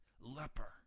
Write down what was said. leper